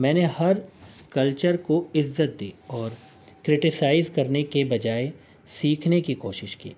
میں نے ہر کلچر کو عزت دی اور کرٹیسائز کرنے کے بجائے سیکھنے کی کوشش کی